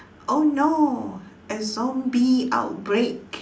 oh no a zombie outbreak